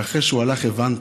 ואחרי שהוא הלך הבנתי,